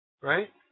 right